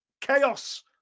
chaos